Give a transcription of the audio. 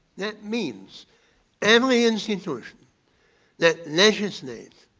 that means every institution that legislate